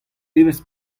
devezh